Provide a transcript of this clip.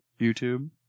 YouTube